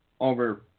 over